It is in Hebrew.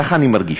ככה אני מרגיש,